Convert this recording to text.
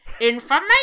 information